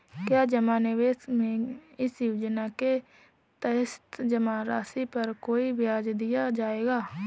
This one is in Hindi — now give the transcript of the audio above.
क्या जमा निवेश में इस योजना के तहत जमा राशि पर कोई ब्याज दिया जाएगा?